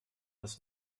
das